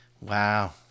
Wow